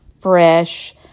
fresh